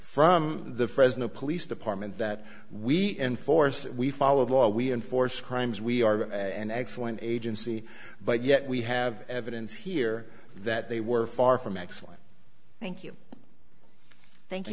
from the fresno police department that we enforce we follow law we enforce crimes we are an excellent agency but yet we have evidence here that they were far from excellent thank you thank you